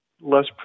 less